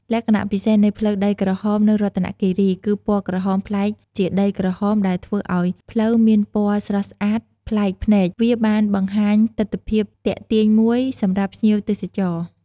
លក្ខណៈពិសេសនៃផ្លូវដីក្រហមនៅរតនគិរី គឺពណ៌ក្រហមប្លែកជាដីក្រហមដែលធ្វើឱ្យផ្លូវមានពណ៌ស្រស់ស្អាតប្លែកភ្នែក វាបានបង្ហាញទិដ្ឋភាពទាក់ទាញមួយសម្រាប់ភ្ញៀវទេសចរ។